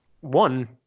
one